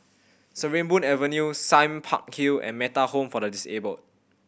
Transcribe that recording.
Sarimbun Avenue Sime Park Hill and Metta Home for the Disabled